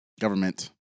Government